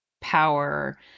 power